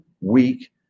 weak